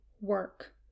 work